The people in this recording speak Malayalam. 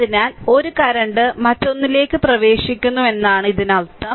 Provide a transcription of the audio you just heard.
അതിനാൽ ഒരു കറന്റ് മറ്റൊന്നിലേക്ക് പ്രവേശിക്കുന്നുവെന്നാണ് ഇതിനർത്ഥം